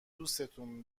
دوستون